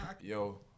Yo